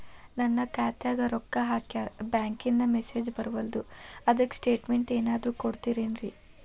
ನನ್ ಖಾತ್ಯಾಗ ರೊಕ್ಕಾ ಹಾಕ್ಯಾರ ಬ್ಯಾಂಕಿಂದ ಮೆಸೇಜ್ ಬರವಲ್ದು ಅದ್ಕ ಸ್ಟೇಟ್ಮೆಂಟ್ ಏನಾದ್ರು ಕೊಡ್ತೇರೆನ್ರಿ?